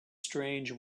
strange